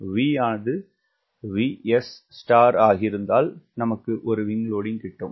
V ஆனது Vs ஆகயிருந்தால் நமக்கு ஒரு விங்க் லோடிங்க் கிட்டும்